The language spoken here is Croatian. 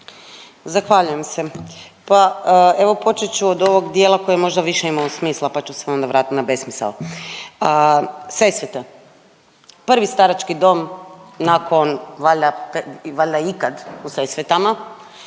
Zahvaljujem se. Pa evo počet ću od ovog dijela koji možda više imao smisla pa ću se onda vratit na besmisao. Sesvete, prvi starački dom nakon valjda, valjda ikad u Sesvetama